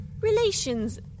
Relations